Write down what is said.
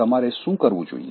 તમારે શું કરવું જોઈએ